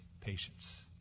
patience